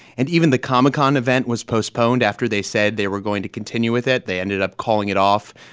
and even the comic-con event was postponed after they said they were going to continue with it. they ended up calling it off.